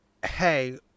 hey